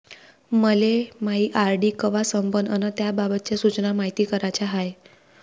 मले मायी आर.डी कवा संपन अन त्याबाबतच्या सूचना मायती कराच्या हाय